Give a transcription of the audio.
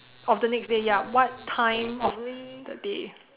of the next day ya what time of the day